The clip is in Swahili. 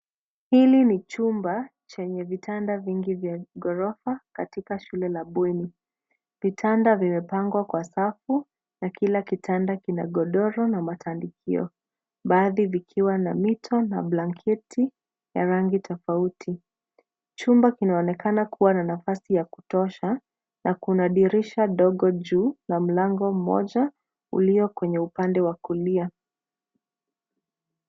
Hili ni chumba chenye vitanda vingi vya ghorofa katika shule la bweni. Vitanda vimepangwa kwa safu na kila kitanda kina godoro na matandikio baadhi vikiwa na mito na blanketi ya rangi tofauti. Chumba kinaonekana kuwa na nafasi ya kutosha na kuna dirisha dogo juu na mlango moja ulio kwenye upande wa kulia.